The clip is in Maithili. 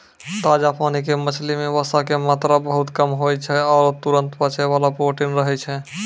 ताजा पानी के मछली मॅ वसा के मात्रा बहुत कम होय छै आरो तुरत पचै वाला प्रोटीन रहै छै